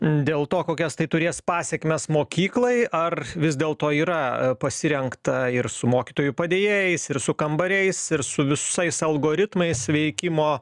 dėl to kokias tai turės pasekmes mokyklai ar vis dėlto yra pasirengta ir su mokytojų padėjėjais ir su kambariais ir su visais algoritmais veikimo